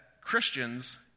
Christians